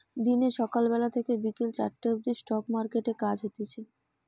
দিনে সকাল বেলা থেকে বিকেল চারটে অবদি স্টক মার্কেটে কাজ হতিছে